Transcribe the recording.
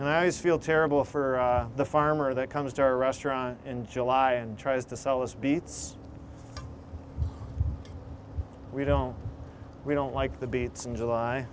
and i always feel terrible for the farmer that comes to our restaurant in july and tries to sell us beets we don't we don't like the beets in july